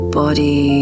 body